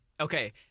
Okay